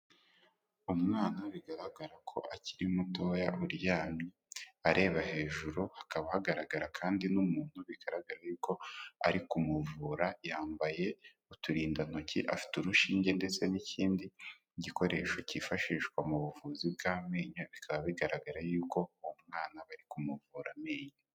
Umwana bigaragara ko akiri mutoya uryamye areba hejuru, hakaba hagaragara kandi n'umuntu bigaragara yuko ari ku muvura, yambaye uturindantoki, afite urushinge ndetse n'ikindi gikoresho kifashishwa mu buvuzi bw'amenyo bikaba bigaragara yuko uwo mwana bari kumuvura amenyo.